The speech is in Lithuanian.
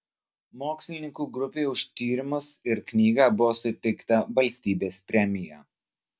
mokslininkų grupei už tyrimus ir knygą buvo suteikta valstybės premija